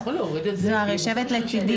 יושבת לצידי